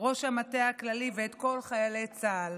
ראש המטה הכללי ואת כל חיילי צה"ל.